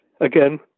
Again